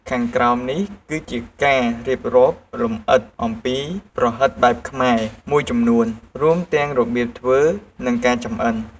ខាងក្រោមនេះគឺជាការរៀបរាប់លម្អិតអំពីប្រហិតបែបខ្មែរមួយចំនួន រួមទាំងរបៀបធ្វើ និងការចំអិន។